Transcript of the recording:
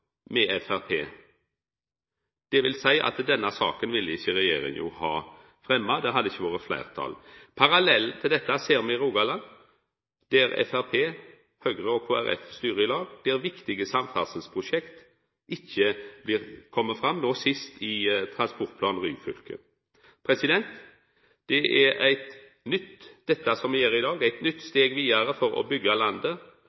me ofte i denne salen. Ei ny regjering vil vera avhengig av eit fleirtal med Framstegspartiet. Det vil seia at ei slik regjering ville ikkje ha fremma denne saka. Det hadde ikkje vore fleirtal. Parallellen til dette ser me i Rogaland, der Framstegspartiet, Høgre og Kristeleg Folkeparti styrer i lag, og der viktige samferdselsprosjekt ikkje vil nå fram – no sist i Transportplan Nord-Jæren. Det vi gjer